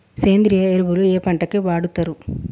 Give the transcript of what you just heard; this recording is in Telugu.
సేంద్రీయ ఎరువులు ఏ పంట కి వాడుతరు?